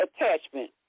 attachment